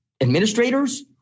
administrators